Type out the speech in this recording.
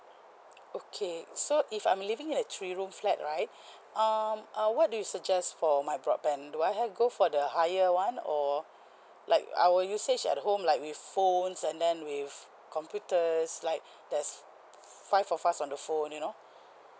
okay so if I'm living in a three room flat right um uh what do you suggest for my broadband do I have go for the higher one or like our usage at home like with phones and then with computer like there's five of us on the phone you know